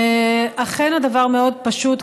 אכן הדבר מאוד פשוט,